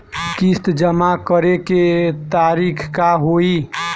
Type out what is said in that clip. किस्त जमा करे के तारीख का होई?